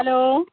hello